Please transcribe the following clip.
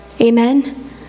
Amen